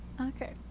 okay